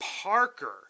Parker